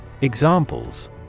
Examples